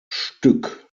stück